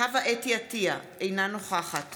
חוה אתי עטייה, אינה נוכחת